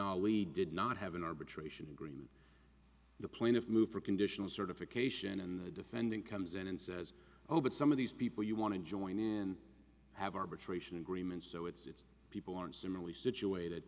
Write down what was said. know we did not have an arbitration agreement the plaintiffs move for conditional certification and the defendant comes in and says oh but some of these people you want to join in have arbitration agreement so it's people aren't similarly situated